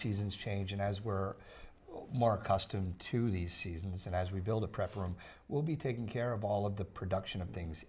seasons change and as we're more custom to the seasons and as we build a preference we'll be taking care of all of the production of things